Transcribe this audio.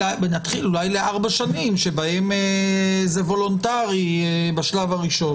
נתחיל אולי ל-4 שנים שבהן זה וולונטרי בשלב הראשון,